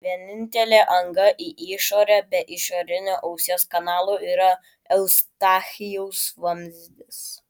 vienintelė anga į išorę be išorinio ausies kanalo yra eustachijaus vamzdis